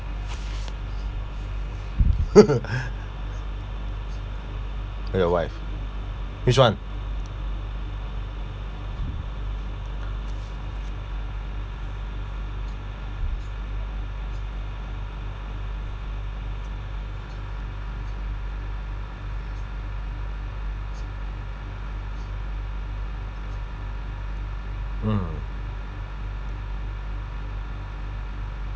oh your wife which [one] mm